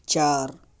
چار